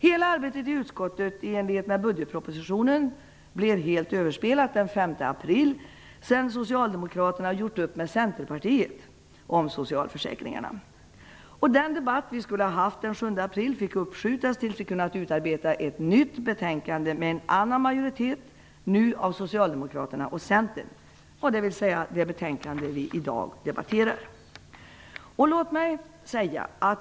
Hela arbetet i utskottet i enlighet med budgetpropositionen blev helt överspelat den 5 april efter det att Socialdemokraterna hade gjort upp med Centerpartiet om socialförsäkringarna. Den debatt som vi skulle ha haft den 7 april fick uppskjutas tills vi kunnat utarbeta ett nytt betänkande med en annan majoritet, nu bestående av Socialdemokraterna och Centern - dvs. det betänkande som vi i dag debatterar.